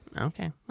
Okay